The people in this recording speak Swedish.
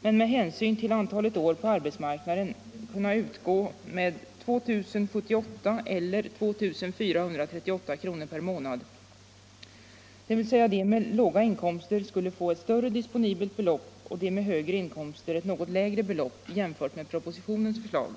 men med hänsyn till antal år på arbetsmarknaden, kunna utgå med 2078 eller 2438 kr. per månad. Dvs. de med låga inkomster skulle få ett större disponibelt belopp och de med högre inkomster ett något lägre belopp än enligt propositionens förslag.